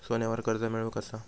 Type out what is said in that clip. सोन्यावर कर्ज मिळवू कसा?